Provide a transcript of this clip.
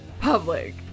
public